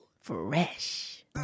Fresh